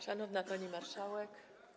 Szanowna Pani Marszałek!